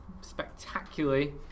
spectacularly